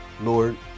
Lord